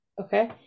Okay